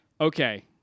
Okay